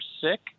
sick